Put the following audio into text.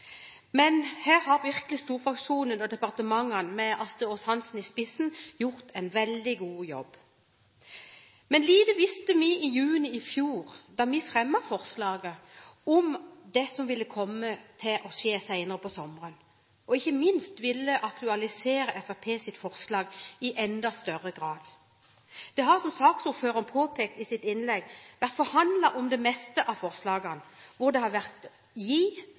Her har virkelig storfraksjonen og departementene, med Astri Aas-Hansen i spissen, gjort en veldig god jobb. Men lite visste vi i juni i fjor, da vi fremmet forslaget, om det som ville komme til å skje senere på sommeren, og som ikke minst ville aktualisere Fremskrittspartiets forslag i enda større grad. Det har, som saksordføreren påpekte i sitt innlegg, vært forhandlet om det meste av forslagene, hvor det har vært å gi